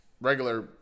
regular